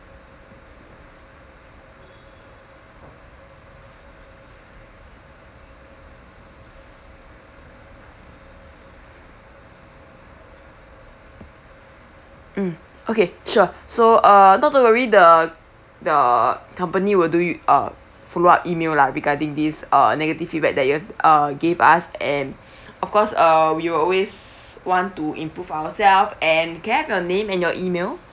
mm okay sure so err not to worry the the company will do you a follow up email lah regarding this uh negative feedback that you've uh gave us and of course uh we will always want to improve ourselves and can I have your name and your email